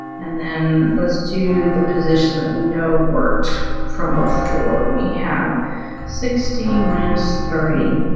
and then let's do the position that we know worked from before we have sixty, thirty.